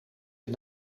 het